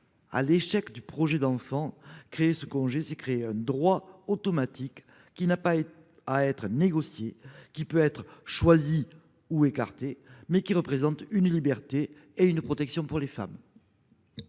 à l'échec du projet d'enfant ; créer ce congé, c'est créer un droit automatique qui n'a pas à être négocié, qui peut être choisi ou écarté, mais qui représente une liberté et une protection pour les femmes.